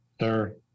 sir